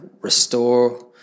restore